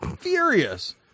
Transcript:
Furious